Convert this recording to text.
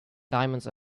diamonds